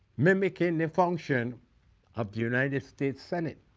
mimicking the function of the united states senate,